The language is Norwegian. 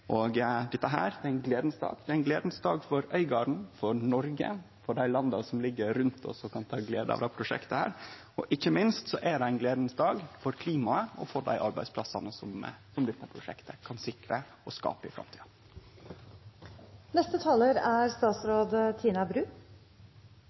og dette er ein gledeleg dag. Det er ein gledeleg dag for Øygarden, for Noreg og for dei landa som ligg rundt oss og kan ha glede av dette prosjektet. Ikkje minst er det òg ein gledeleg dag for klimaet og for dei arbeidsplassane som dette prosjektet kan sikre og skape i framtida. Langskip er